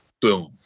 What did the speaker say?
boom